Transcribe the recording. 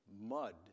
mud